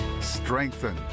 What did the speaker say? strengthen